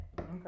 Okay